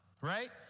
right